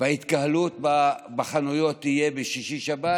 וההתקהלות בחנויות יהיו בשישי-שבת,